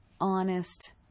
honest